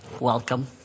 welcome